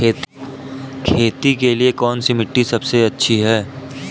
खेती के लिए कौन सी मिट्टी सबसे अच्छी है?